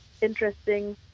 interesting